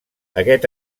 aquest